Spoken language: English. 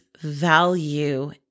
value